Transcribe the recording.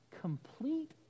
complete